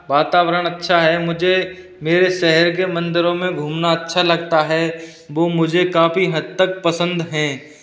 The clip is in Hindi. वातावरण अच्छा है मुझे मेरे शहर के मंदिरों में घूमना अच्छा लगता है वो मुझे काफ़ी हद तक पसंद हैं